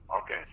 Okay